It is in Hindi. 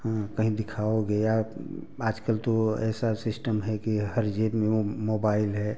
हाँ कहीं दिखाओगे या आजकल तो ऐसा सिस्टम है कि हर जेब में वो मोबाइल है